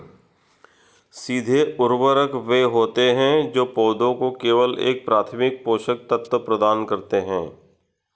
सीधे उर्वरक वे होते हैं जो पौधों को केवल एक प्राथमिक पोषक तत्व प्रदान करते हैं